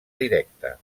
directa